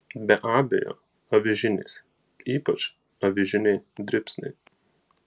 be abejo avižinės ypač avižiniai dribsniai